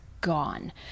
gone